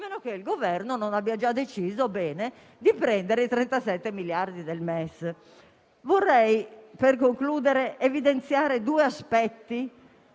meno che il Governo non abbia già deciso - bene! - di prendere i 37 miliardi del MES. Per concludere, vorrei evidenziare due aspetti